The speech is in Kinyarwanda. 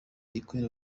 ikorera